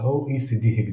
ה-OECD הגדיר